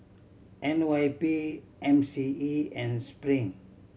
N Y P M C E and Spring